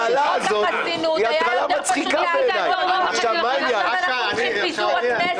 זה לא קורה פה במקרה הזה.